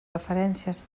referències